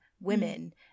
women